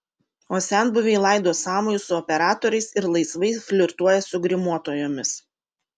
o senbuviai laido sąmojus su operatoriais ir laisvai flirtuoja su grimuotojomis